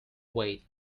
wait